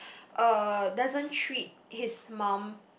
uh doesn't treat his mum